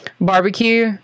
barbecue